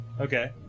Okay